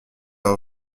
leur